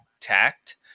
tact